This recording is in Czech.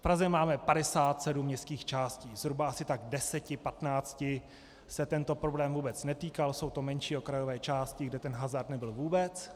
V Praze máme 57 městských částí, zhruba asi 10, 15 se tento problém vůbec netýkal, jsou to menší okrajové části, kde ten hazard nebyl vůbec.